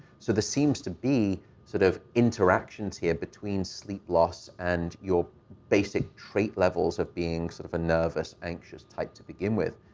so there seems to be sort of interactions here between sleep loss and your basic trait levels of being sort of a nervous, anxious type to begin with.